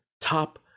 top